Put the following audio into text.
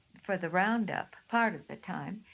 for the roundup, part of the time,